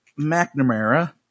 McNamara